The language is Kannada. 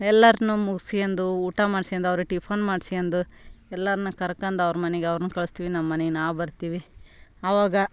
ಎಲ್ಲಾರನ್ನು ಮುಗ್ಸ್ಕೆಂಡು ಊಟ ಮಾಡ್ಸ್ಕೆಂಡು ಅವ್ರಿಗೆ ಟಿಫನ್ ಮಾಡ್ಸ್ಕೆಂಡು ಎಲ್ಲರನ್ನು ಕರ್ಕಂಡು ಅವ್ರ ಮನೆಗ್ ಅವ್ರನ್ನು ಕಳಿಸ್ತೀವಿ ನಮ್ಮನೆಗ್ ನಾವು ಬರ್ತೀವಿ ಅವಾಗ